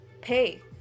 Pay